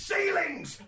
Ceilings